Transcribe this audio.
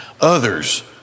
others